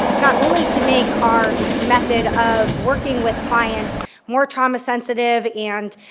not only to make our method of working with clients more trauma sensitive and